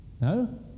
No